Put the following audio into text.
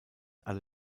alle